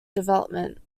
development